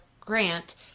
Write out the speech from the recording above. Grant